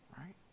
right